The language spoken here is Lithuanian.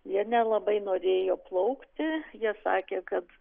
jie nelabai norėjo plaukti jie sakė kad